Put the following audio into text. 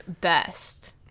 best